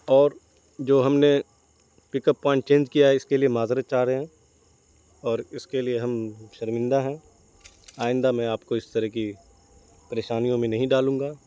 اور جو ہم نے پک اپ پوائنٹ چینج کیا ہے اس کے لیے معذرت چاہ رہے ہیں اور اس کے لیے ہم شرمندہ ہیں آئندہ میں آپ کو اس طرح کی پریشانیوں میں نہیں ڈالوں گا